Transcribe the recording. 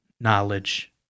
knowledge